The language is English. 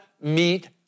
meet